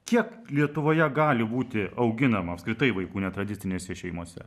kiek lietuvoje gali būti auginama apskritai vaikų netradicinėse šeimose